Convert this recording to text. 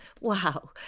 Wow